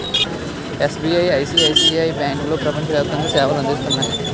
SBI, ICICI బ్యాంకులో ప్రపంచ వ్యాప్తంగా సేవలు అందిస్తున్నాయి